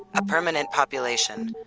a permanent population,